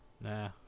nah